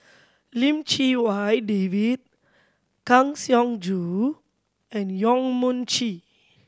Lim Chee Wai David Kang Siong Joo and Yong Mun Chee